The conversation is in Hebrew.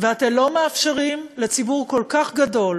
ואתם לא מאפשרים לציבור כל כך גדול,